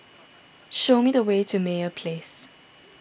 show me the way to Meyer Place